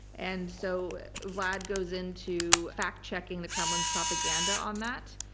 and so vlad goes into fact-checking the kremlin's propaganda on that,